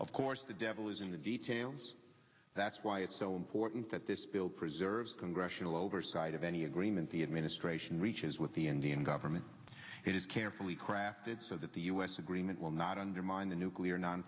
of course the devil is in the details that's why it's so important that this bill preserves congressional oversight of any agreement the administration reaches with the indian government it is carefully crafted so that the u s agreement will not undermine the nuclear non